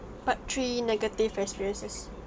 part three negative experiences